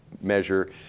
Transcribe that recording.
measure